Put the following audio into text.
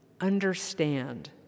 Understand